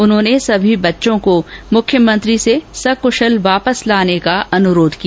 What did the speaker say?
उन्होंने सभी बच्चों को मुख्यमंत्री से सकुशल वापस लाने का अनुरोध किया